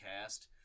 cast